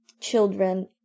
children